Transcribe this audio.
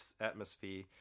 atmosphere